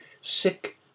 sick